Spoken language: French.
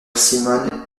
simone